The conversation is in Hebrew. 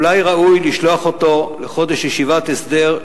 אולי ראוי לשלוח אותו לחודש לישיבת הסדר,